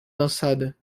lançada